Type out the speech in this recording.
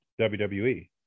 WWE